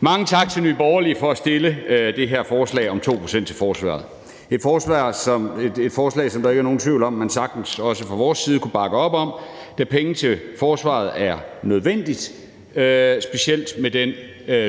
Mange tak til Nye Borgerlige for at fremsætte det her forslag om 2 pct. til forsvaret. Det er et forslag, som der ikke er nogen tvivl om at man fra vores side også sagtens kunne bakke op om, da penge til forsvaret er nødvendigt, specielt med den